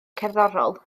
cerddorol